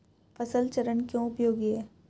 फसल चरण क्यों उपयोगी है?